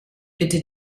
bitte